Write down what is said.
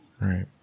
Right